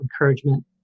encouragement